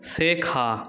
শেখা